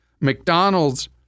McDonald's